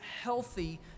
healthy